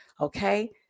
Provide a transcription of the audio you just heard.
okay